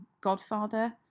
godfather